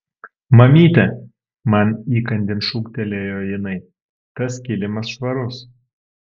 mamyte man įkandin šūktelėjo jinai tas kilimas švarus